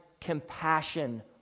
compassion